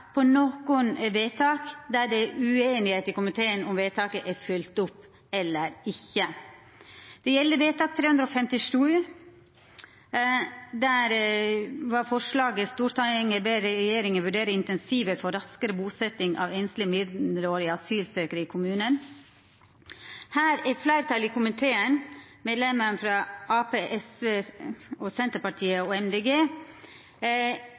komiteen om vedtaket er følgt opp eller ikkje. Det gjeld for det første vedtak nr. 590. Der var forslaget: «Stortinget ber regjeringen vurdere incentiver for raskere bosetting av enslige mindreårige asylsøkere i kommunene.» Her er fleirtalet i komiteen, medlemmene frå Arbeidarpartiet, SV, Senterpartiet og